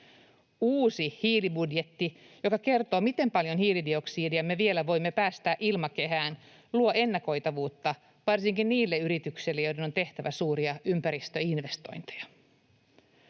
Uusi hiilibudjetti, joka kertoo, miten paljon hiilidioksidia me vielä voimme päästää ilmakehään, luo ennakoitavuutta varsinkin niille yrityksille, joiden on tehtävä suuria ympäristöinvestointeja.